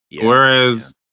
Whereas